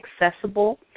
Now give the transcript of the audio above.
accessible